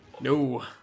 No